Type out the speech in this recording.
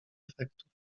efektów